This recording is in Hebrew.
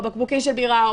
או בקבוקים של בירה,